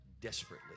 desperately